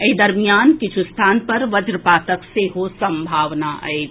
एहि दरमियान किछु स्थान पर वज्रपातक सेहो सम्भावना अछि